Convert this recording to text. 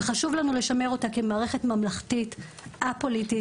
וחשוב לנו לשמר אותה כמערכת ממלכתית א-פוליטית,